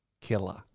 Killer